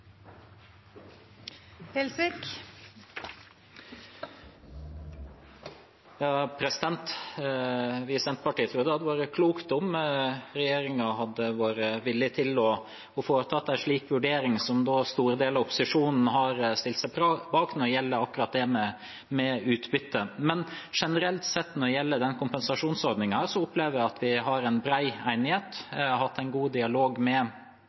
denne krisen. Vi i Senterpartiet tror det hadde vært klokt om regjeringen hadde vært villig til å foreta en slik vurdering som store deler av opposisjonen har stilt seg bak, når det gjelder akkurat det med utbytte. Men generelt sett når det gjelder denne kompensasjonsordningen, opplever jeg at vi har en bred enighet og har hatt en god dialog med